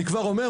אני כבר אומר,